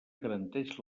garanteix